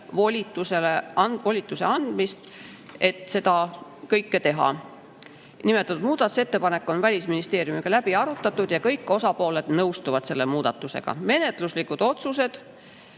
Valitsusele volitus seda kõike teha. Nimetatud muudatusettepanek on Välisministeeriumiga läbi arutatud ja kõik osapooled nõustuvad selle muudatusega. Menetluslikud otsused.